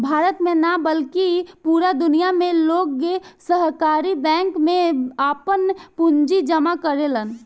भारत में ना बल्कि पूरा दुनिया में लोग सहकारी बैंक में आपन पूंजी जामा करेलन